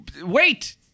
wait